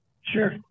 Sure